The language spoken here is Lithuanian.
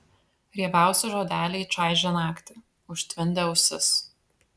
riebiausi žodeliai čaižė naktį užtvindė ausis